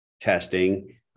testing